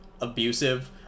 abusive